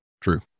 True